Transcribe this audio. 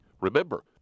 Remember